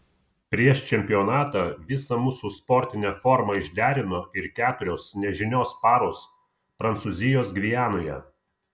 prieš čempionatą visą mūsų sportinę formą išderino ir keturios nežinios paros prancūzijos gvianoje